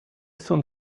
soon